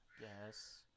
Yes